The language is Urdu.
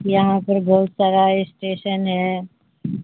یہاں پر بہت سارا اسٹیشن ہے